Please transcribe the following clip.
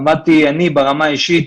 עבדתי אני ברמה האישית